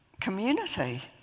community